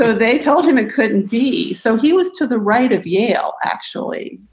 ah they told him it couldn't be. so he was to the right of yale, actually,